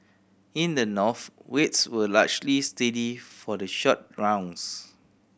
in the North rates were largely steady for the short rounds